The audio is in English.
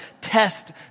test